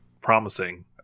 promising